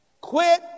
quit